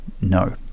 No